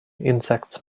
insects